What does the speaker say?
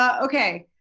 ah okay,